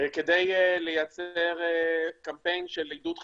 כדי לייצר קמפיין של עידוד חיסונים,